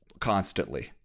constantly